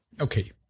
Okay